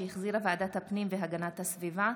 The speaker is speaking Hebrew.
שהחזירה ועדת הפנים והגנת הסביבה,